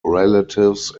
relatives